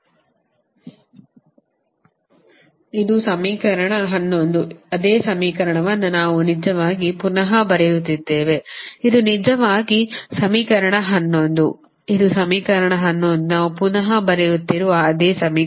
ಇದು ಸಮೀಕರಣ 11 ಅದೇ ಸಮೀಕರಣವನ್ನು ನಾವು ನಿಜವಾಗಿ ಪುನಃ ಬರೆಯುತ್ತಿದ್ದೇವೆ ಇದು ನಿಜವಾಗಿ ಸಮೀಕರಣ 11 ಇದು ಸಮೀಕರಣ 11 ನಾವು ಪುನಃ ಬರೆಯುತ್ತಿರುವ ಅದೇ ಸಮೀಕರಣ